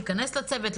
להיכנס לצוות,